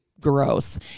gross